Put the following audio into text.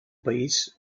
país